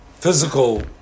physical